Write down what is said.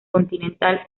continental